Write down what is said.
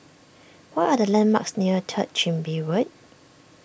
what are the landmarks near Third Chin Bee Road